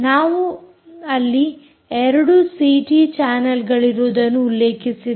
ನಾವು ಅಲ್ಲಿ 2 ಸಿಟಿ ಚಾನಲ್ಗಳಿರುವುದನ್ನು ಉಲ್ಲೇಖಿಸಿದ್ದೇವೆ